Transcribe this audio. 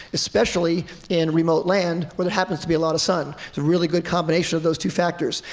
especially in remote land where there happens to be a lot of sun. it's a really good combination of those two factors.